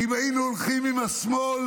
שאם היינו הולכים עם השמאל